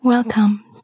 Welcome